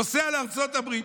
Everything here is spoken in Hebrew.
נוסע לארצות הברית,